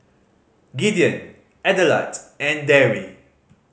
Gideon Adelard and Darry